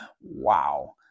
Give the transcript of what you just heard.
wow